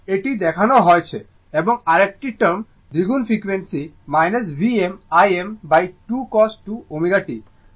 এটি দেখানো হয়েছে এবং আরেকটি টার্ম দ্বিগুণ frequency Vm Im2 cos 2 ω t